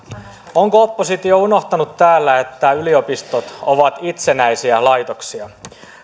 onko oppositio unohtanut täällä että yliopistot ovat itsenäisiä laitoksia